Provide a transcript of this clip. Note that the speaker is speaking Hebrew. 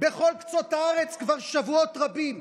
בכל קצות הארץ כבר שבועות רבים.